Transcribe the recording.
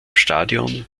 stadion